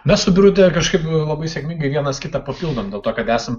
mes su birute kažkaip labai sėkmingai vienas kitą papildom dėl to kad esam